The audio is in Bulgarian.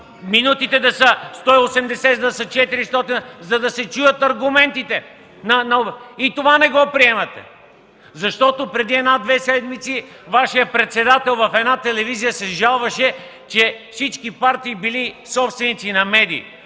минутите да са 180, да са 400, за да се чуят аргументите. И това не го приемате. Преди една-две седмици Вашият председател се жалваше в една телевизия, че всички партии били собственици на медии.